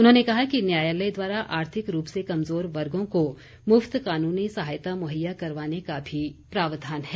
उन्होंने कहा कि न्यायालय द्वारा आर्थिक रूप से कमज़ोर वर्गों को मुफ्त कानूनी सहायता मुहैया करवाने का भी प्रावधान है